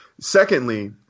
Secondly